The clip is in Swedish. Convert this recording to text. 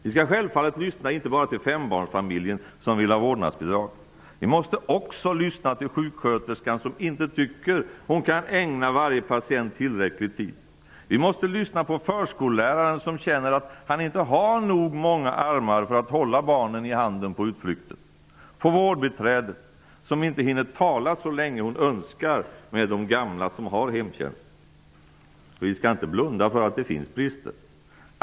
Vi skall självfallet inte bara lyssna till fembarnsfamiljen som vill ha vårdnadsbidrag. Vi måste också lyssna till sjuksköterskan som inte tycker att hon kan ägna varje patient tillräcklig tid. Vi måste lyssna till förskolläraren, som känner att han inte har nog många armar för att hålla barnen i hand på utflykten, och till vårdbiträdet, som inte hinner tala med de gamla, som har hemtjänst, så länge som hon skulle önska. Vi skall inte blunda för att det finns brister.